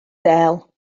del